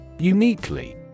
uniquely